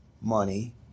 money